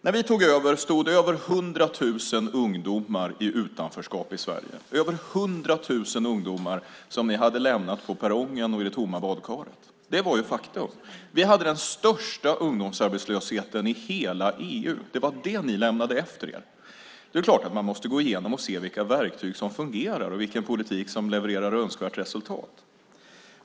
När vi tog över befann sig över 100 000 ungdomar i utanförskap i Sverige. Det var över 100 000 ungdomar som ni hade lämnat på perrongen och i det tomma badkaret. Det var faktum. Vi hade den största ungdomsarbetslösheten i hela EU. Det var det som ni lämnade efter er. Det är klart att man måste gå igenom och se vilka verktyg som fungerar och vilken politik som levererar önskvärt resultat.